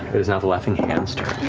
it is now the laughing hand's turn.